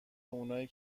اونایی